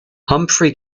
humphrey